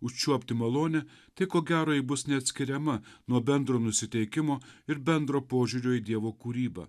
užčiuopti malonę tik gerai bus neatskiriama nuo bendro nusiteikimo ir bendro požiūrio į dievo kūrybą